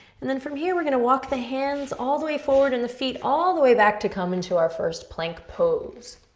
and then from here, we're gonna walk the hands all the way forward and the feet all the way back to come into our first plank pose.